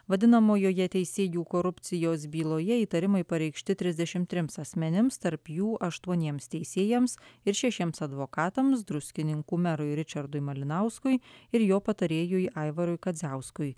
vadinamojoje teisėjų korupcijos byloje įtarimai pareikšti trisdešim trims asmenims tarp jų aštuoniems teisėjams ir šešiems advokatams druskininkų merui ričardui malinauskui ir jo patarėjui aivarui kadziauskui